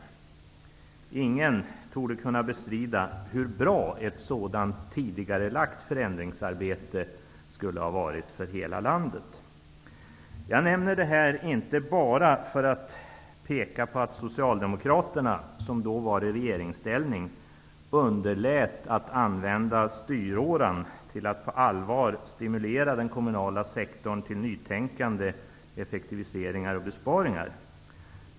Ingen torde kunna bestrida hur bra ett sådant tidigarelagt förändringsarbete skulle ha varit för hela landet. Jag nämner detta inte bara för att peka på att Socialdemokraterna, som då var i regeringsställning, underlät att använda styråran till att på allvar stimulera den kommunala sektorn till nytänkande, effektiviseringar och besparingar.